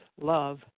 love